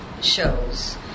shows